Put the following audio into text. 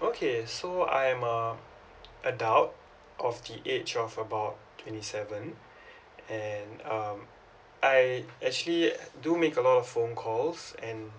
okay so I'm a adult of the age of about twenty seven and um I actually uh do make a lot of phone calls and